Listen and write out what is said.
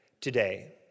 today